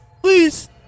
Please